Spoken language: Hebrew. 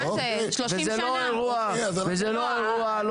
וזה לא אירוע,